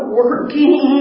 working